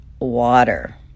water